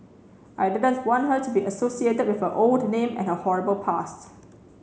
I didn't want her to be associated with her old name and her horrible past